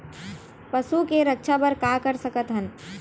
पशु के रक्षा बर का कर सकत हन?